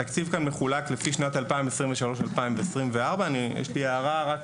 התקציב כאן מחולק לפי שנת 2023-2024. יש לי הערה או דיוק,